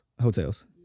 Hotels